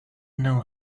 know